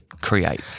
create